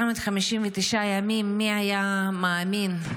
459 ימים, מי היה מאמין.